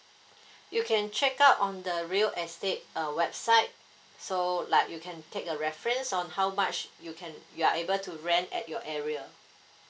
you can check out on the real estate uh website so like you can take a reference on how much you can you are able to rent at your area